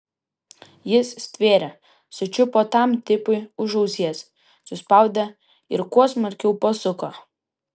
jis stvėrė sučiupo tam tipui už ausies suspaudė ir kuo smarkiau pasuko